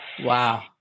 Wow